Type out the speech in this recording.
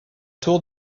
tour